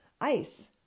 ice